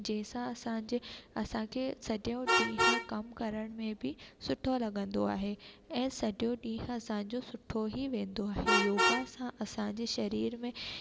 जंहिंसां असांजे असांखे सॼो ॾींहुं कम करण में बी सुठो लगंदो आहे ऐं सॼो ॾींहुं असांजो सुठो ई वेंदो आहे योगा सां असांजे शरीर में